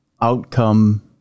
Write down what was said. outcome